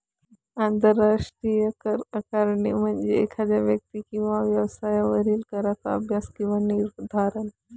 आंतरराष्ट्रीय कर आकारणी म्हणजे एखाद्या व्यक्ती किंवा व्यवसायावरील कराचा अभ्यास किंवा निर्धारण